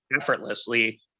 effortlessly